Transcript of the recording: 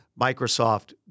Microsoft